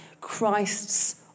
Christ's